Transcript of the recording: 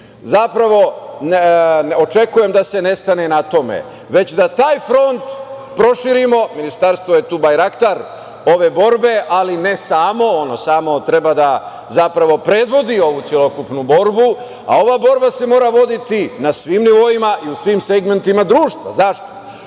očekujem da se ne stane na tome, već da taj front proširimo. Ministarstvo je tu barjaktar ove borbe, ali ne samo ono. Samo zapravo treba da predvodi ovu celokupnu borbu, a ova borba se mora voditi na svim nivoima i u svim segmentima društva. Zašto?